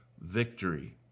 victory